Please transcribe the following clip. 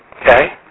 Okay